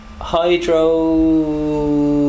hydro